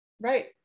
right